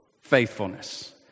Faithfulness